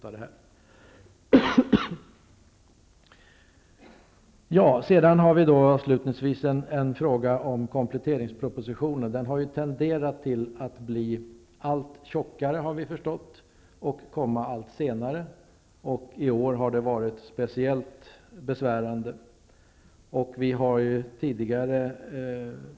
Avslutningsvis har vi en fråga om kompletteringspropositionen. Den har tenderat att bli allt tjockare, har vi förstått, och komma allt senare. I år har det varit speciellt besvärande.